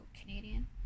Canadian